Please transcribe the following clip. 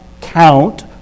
count